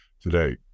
today